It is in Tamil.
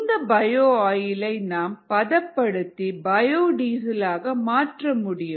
இந்த பயோ ஆயிலை நாம் பதப்படுத்தி பயோடீசல் ஆக மாற்ற முடியும்